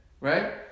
right